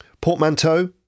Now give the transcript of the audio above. Portmanteau